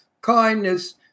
kindness